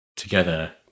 together